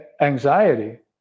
anxiety